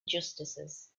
justices